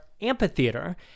amphitheater